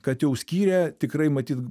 kad jau skyrė tikrai matyt